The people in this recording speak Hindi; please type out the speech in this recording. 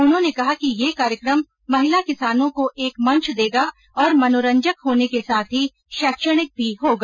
उन्होंने कहा कि यह कार्यक्रम महिला किसानों को एक मंच देगा और मनोरंजक होने के साथ ही शैक्षणिक भी होगा